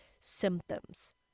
symptoms